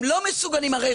הם לא מסוגלים הרי,